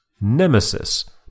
Nemesis